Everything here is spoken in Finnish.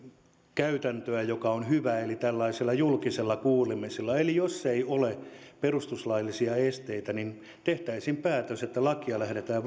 mukaan joka on hyvä eli tällaisilla julkisilla kuulemisilla eli jos ei ole perustuslaillisia esteitä niin tehtäisiin päätös että lakia lähdetään